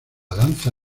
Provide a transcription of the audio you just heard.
danza